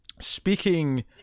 speaking